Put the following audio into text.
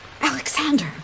Alexander